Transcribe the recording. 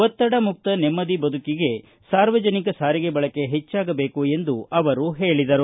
ಒತ್ತಡ ಮುಕ್ತ ನೆಮ್ಮದಿ ಬದುಕಿಗೆ ಸಾರ್ವಜನಿಕ ಸಾರಿಗೆ ಬಳಕೆ ಹೆಚ್ಚಾಗಬೇಕು ಎಂದು ಅವರು ಹೇಳಿದರು